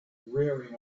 rearing